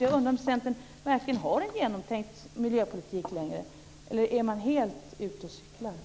Jag undrar om Centern verkligen längre har en genomtänkt miljöpolitik - eller är man helt ute och cyklar?